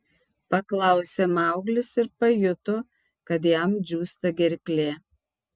paklausė mauglis ir pajuto kad jam džiūsta gerklė